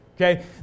Okay